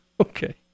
Okay